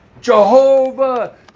jehovah